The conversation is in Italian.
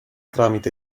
tramite